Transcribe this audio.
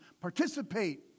participate